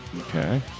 Okay